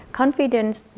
confidence